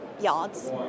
Yards